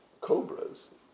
cobras